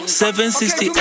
760